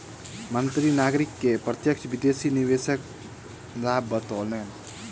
मंत्री नागरिक के प्रत्यक्ष विदेशी निवेशक लाभ बतौलैन